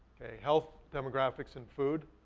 kay, health, demographics and food,